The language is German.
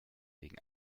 wegen